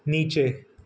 નીચે